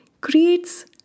creates